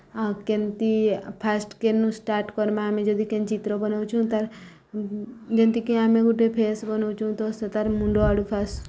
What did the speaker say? ଆଉ କେମିତି ଫାଷ୍ଟ୍ କେନୁ ଷ୍ଟାର୍ଟ୍ କର୍ମା ଆମେ ଯଦି କେନ୍ତି ଚିତ୍ର ବନଉଚୁଁ ତା'ର୍ ଯେମିତିକି ଆମେ ଗୋଟେ ଫେସ୍ ବନଉଚୁ ତ ସେତା'ର୍ ମୁଣ୍ଡ ଆଡ଼ୁ ଫାଷ୍ଟ୍